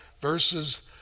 verses